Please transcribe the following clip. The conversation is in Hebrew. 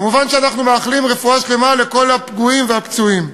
מובן שאנחנו מאחלים רפואה שלמה לכל הפגועים והפצועים.